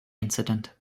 incident